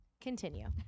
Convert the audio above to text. Continue